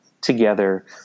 together